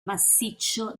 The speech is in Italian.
massiccio